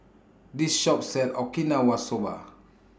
This Shop sells Okinawa Soba